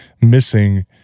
missing